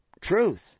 truth